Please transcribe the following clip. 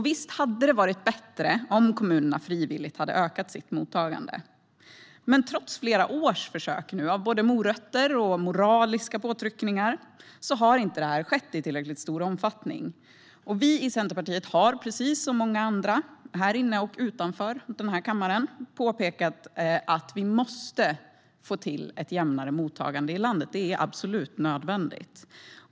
Visst hade det varit bättre om kommunerna hade ökat sitt mottagande frivilligt, men trots flera års försök med både morötter och moraliska påtryckningar har det inte skett i tillräcklig omfattning. Vi i Centerpartiet har, liksom många andra här i kammaren och utanför, påpekat att vi måste få till ett jämnare mottagande i landet. Det är absolut nödvändigt.